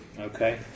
Okay